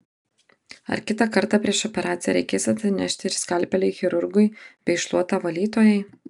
ar kitą kartą prieš operaciją reikės atsinešti ir skalpelį chirurgui bei šluotą valytojai